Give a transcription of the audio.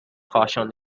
fashioned